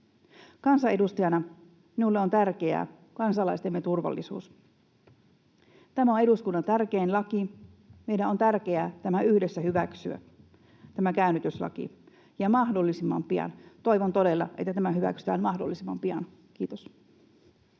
Kansanedustajana minulle on tärkeää kansalaistemme turvallisuus. Tämä on eduskunnan tärkein laki. Meidän on tärkeää tämä käännytyslaki yhdessä hyväksyä, ja mahdollisimman pian. Toivon todella, että tämä hyväksytään mahdollisimman pian. — Kiitos.